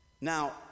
Now